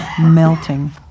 melting